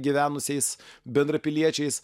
gyvenusiais bendrapiliečiais